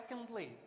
Secondly